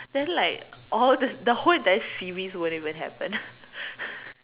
then like all the the whole entire series won't even happen